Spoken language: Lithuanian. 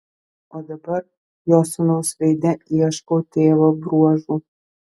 o dabar jo sūnaus veide ieškau tėvo bruožų